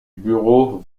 bureau